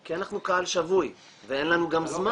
כי אנחנו קהל שבוי ואין לנו גם זמן